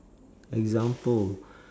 example